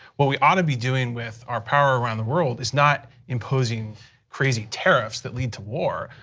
what we ought to be doing with our power around the world is not imposing crazy tariffs that lead to war,